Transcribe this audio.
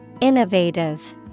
Innovative